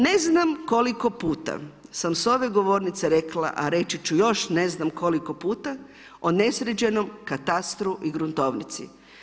Ne znam koliko puta sam s ove govornice rekla, a reći ću još ne znam koliko puta, o nesređenom katastru i gruntovnici.